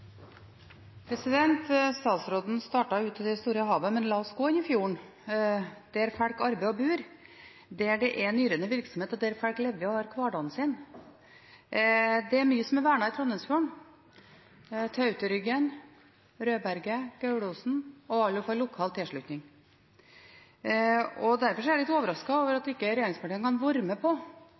Statsråden startet ute i det store havet, men la oss gå inn i fjorden, der folk arbeider og bor, der det er en yrende virksomhet, og der folk lever og har hverdagen sin. Det er mye som er vernet i Trondheimsfjorden – Tauterryggen, Rødberget, Gaulosen – og alle har lokal tilslutning. Derfor er jeg litt overrasket over at regjeringspartiene i dagens innstilling ikke kan være med på